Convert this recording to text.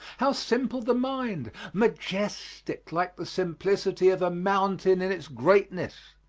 how simple the mind majestic like the simplicity of a mountain in its greatness.